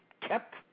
kept